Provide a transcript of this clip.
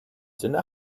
sinne